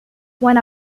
one